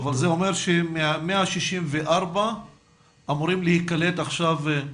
אז זה שמה-164 אמורים להיקלט עכשיו?